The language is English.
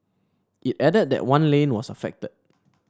it added that one lane was affected